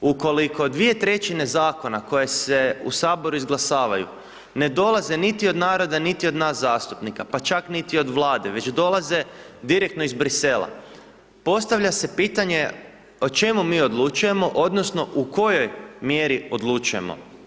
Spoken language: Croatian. Ukoliko dvije trećine zakona koje se u Saboru izglasavaju ne dolaze niti od naroda, niti od nas zastupnika, pa čak niti od Vlade već dolaze direktno iz Brisela, postavlja se pitanje o čemu mi odlučujemo, odnosno u kojoj mjeri odlučujemo.